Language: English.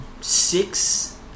six